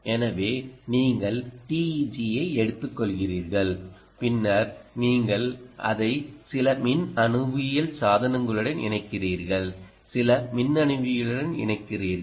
எனவே நீங்கள் TEG ஐ எடுத்துக்கொள்கிறீர்கள் பின்னர் நீங்கள் அதை சில மின்னணுவியல் சாதனங்களுடன் இணைக்கிறீர்கள் சில மின்னணுவியலுடன் இணைக்கிறீர்கள்